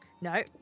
No